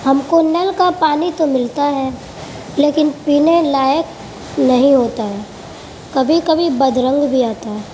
ہم کو نل کا پانی تو ملتا ہے لیکن پینے لائق نہیں ہوتا ہے کبھی کبھی بد رنگ بھی آتا ہے